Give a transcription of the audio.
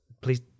please